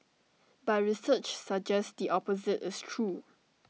but research suggests the opposite is true